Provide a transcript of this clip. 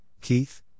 Keith